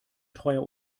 treuer